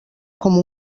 com